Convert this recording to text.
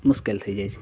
મુશ્કેલ થઇ જાય છે